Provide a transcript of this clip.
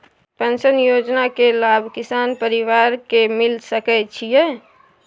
Pension योजना के लाभ किसान परिवार के मिल सके छिए?